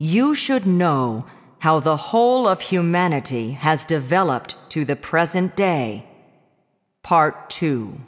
you should know how the whole of humanity has developed to the present day part two